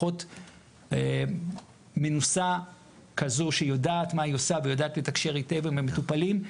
אחות מנוסה כזו שיודעת מה היא עושה ויודעת לתקשר היטב עם המטופלים,